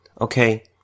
Okay